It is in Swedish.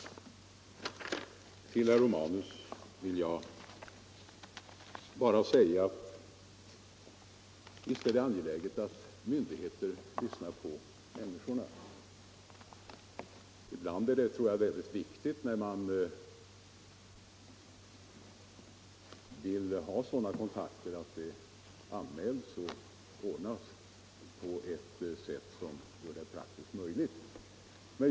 Till herr Romanus vill jag bara säga att visst är det angeläget att myndigheter lyssnar på människorna. När man vill ha sådana kontakter är det utifrån praktiska synpunkter viktigt att man anmäler det i tid, för att göra sådana överläggningar möjliga och meningsfulla.